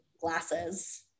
glasses